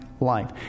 life